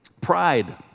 Pride